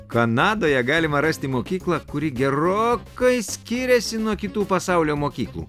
kanadoje galima rasti mokyklą kuri gerokai skiriasi nuo kitų pasaulio mokyklų